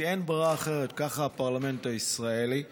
כי אין ברירה אחרת וככה הפרלמנט הישראלי עובד.